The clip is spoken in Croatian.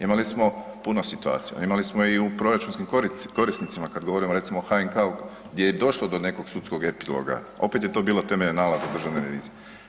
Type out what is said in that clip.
Imali smo puno situacija, imali smo i u proračunskim korisnicima kad govorimo recimo o HNK-u gdje je i došlo do nekog sudskog epiloga, opet je to bilo temeljem nalaza Državne revizije.